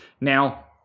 Now